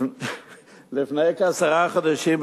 לפני כעשרה חודשים,